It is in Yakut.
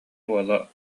уола